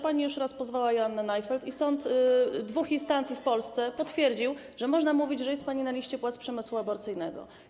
Pani już raz pozwała Joannę Najfeld i sąd dwóch instancji w Polsce potwierdził, że można mówić, że jest pani na liście płac przemysłu aborcyjnego.